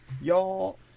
Y'all